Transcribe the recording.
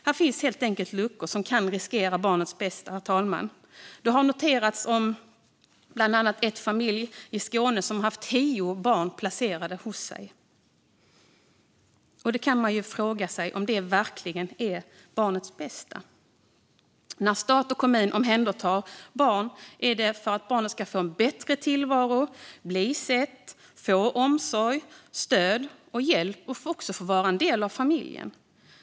Här finns helt enkelt luckor som kan riskera barnets bästa, herr talman. Det har bland annat noterats att ett familjehem i Skåne har haft tio barn placerade hos sig, och man kan ju fråga sig om detta verkligen är barnets bästa. När stat och kommun omhändertar ett barn är det för att barnet ska få en bättre tillvaro, bli sett, få omsorg, stöd och hjälp och få vara en del av en familj.